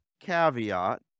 caveat